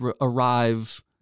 arrive